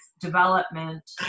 Development